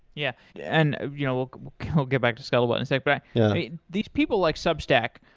yeah yeah and you know we'll we'll get back to scuttlebutt. and like but yeah these people, like substack,